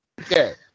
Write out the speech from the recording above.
Okay